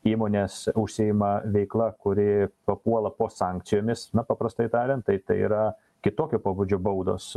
įmonės užsiima veikla kuri papuola po sankcijomis na paprastai tariant tai tai yra kitokio pobūdžio baudos